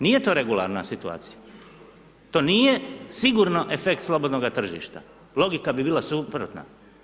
Nije to regularna situacija, to nije sigurno efekt slobodnoga tržišta, logika bi bila suprotna.